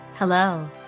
Hello